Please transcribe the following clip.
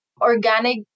organic